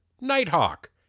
Nighthawk